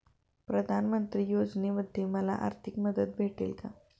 प्रधानमंत्री योजनेमध्ये मला आर्थिक मदत भेटेल का?